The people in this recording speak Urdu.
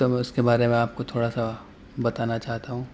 تو میں اس کے باریے میں آپ کو تھوڑا سا بتانا چاہتا ہوں